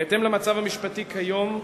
בהתאם למצב המשפטי כיום,